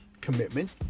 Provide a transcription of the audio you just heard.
commitment